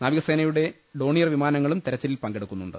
നാവിക സേനയുടെയുടെ ഡോണിയർ വിമാനങ്ങളും തെരച്ചിലിൽ പങ്കെടുക്കുന്നുണ്ട്